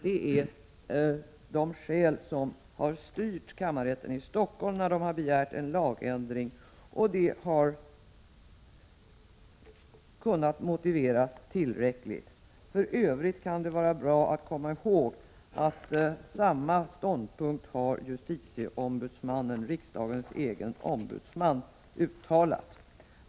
Det är de skäl som har styrt kammarrätten i Stockholm när den har begärt en lagändring, och det har kunnat motiveras tillräckligt. För övrigt kan det vara bra att komma ihåg att samma ståndpunkt har justitieombudsmannen, riksdagens egen ombudsman, uttalat.